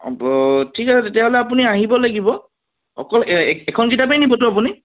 ঠিক আছে তেতিয়াহ'লে আপুনি আহিব লাগিব অকল এখন কিতাপেই নিবতো আপুনি